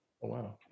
Wow